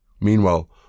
Meanwhile